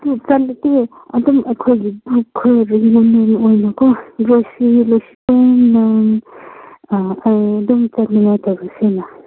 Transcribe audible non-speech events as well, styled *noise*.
ꯑꯗꯨ ꯆꯠꯂꯗꯤ ꯑꯗꯨꯝ ꯑꯩꯈꯣꯏꯒꯤ ꯇꯥꯡꯈꯨꯜ ꯂꯝꯕꯤꯗ ꯑꯣꯏꯅꯀꯣ ꯍꯣꯏꯁ꯭ꯔꯤꯒ *unintelligible* ꯑꯥ ꯑꯩ ꯑꯗꯨꯝ ꯆꯠꯅꯤꯡꯉꯛꯇꯕꯁꯤꯅ